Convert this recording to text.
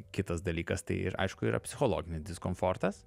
kitas dalykas tai ir aišku yra psichologinis diskomfortas